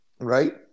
Right